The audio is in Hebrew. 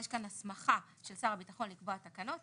יש כאן הסמכה של שר הביטחון לקבוע תקנות,